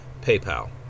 PayPal